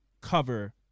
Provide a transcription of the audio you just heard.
cover